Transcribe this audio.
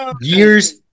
years